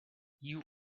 you